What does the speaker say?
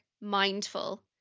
mindful